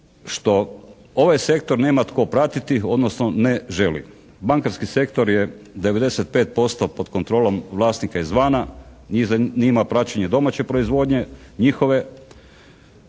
što ovaj sektor nema tko pratiti, odnosno ne želi. Bankarski sektor je 95% pod kontrolom vlasnika izvana, njih zanima praćenje domaće proizvodnje njihove,